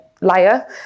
layer